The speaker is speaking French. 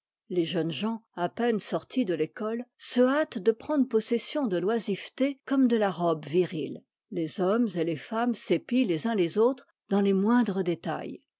les jeunes gens à peine sortis de éco e se hâtent de prendre possession de l'oisiveté comme de la robe virile les hommes et les femmes s'épient les uns les autres dans les moindres détails